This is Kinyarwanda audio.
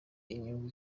inyungu